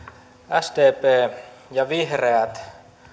sdp ja vihreät